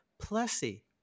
Plessy